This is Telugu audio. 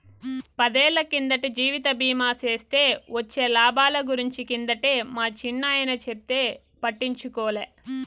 పదేళ్ళ కిందట జీవిత బీమా సేస్తే వొచ్చే లాబాల గురించి కిందటే మా చిన్నాయన చెప్తే పట్టించుకోలే